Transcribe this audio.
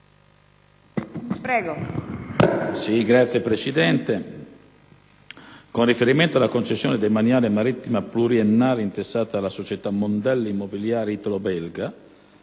Signora Presidente, con riferimento alla concessione demaniale marittima pluriennale intestata alla società Mondello Immobiliare italo-belga,